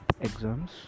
exams